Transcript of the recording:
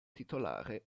titolare